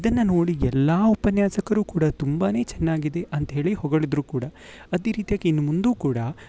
ಇದನ್ನು ನೋಡಿ ಎಲ್ಲಾ ಉಪನ್ಯಾಸಕರು ಕೂಡ ತುಂಬ ಚೆನ್ನಾಗಿದೆ ಅಂತ ಹೇಳಿ ಹೊಗಳಿದರು ಕೂಡ ಅದೇ ರೀತಿಯಾಗಿ ಇನ್ನು ಮುಂದು ಕೂಡ